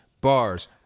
bars